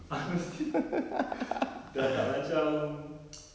ah no steam dah tak macam